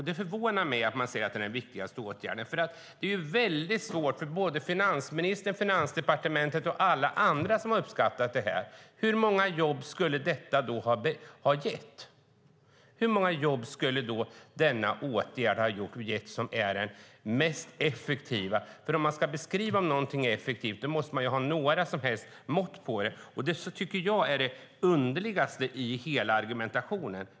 Det förvånar mig att man säger att det är den viktigaste åtgärden. Det är väldigt svårt för finansministern, Finansdepartementet och alla andra som gjort en uppskattning att veta hur mycket jobb det här skulle ha gett. Hur många skulle alltså denna åtgärd som är den mest effektiva ha gett? Om man ska beskriva om någonting är effektivt måste man ha några mått på det. Det tycker jag är det underligaste i hela argumentationen.